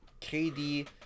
KD